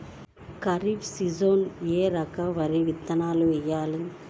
ఖరీఫ్ సీజన్లో ఏ రకం వరి విత్తనాలు వేయాలి?